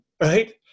right